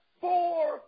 four